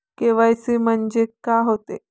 KYC म्हंनजे का होते?